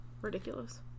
Ridiculous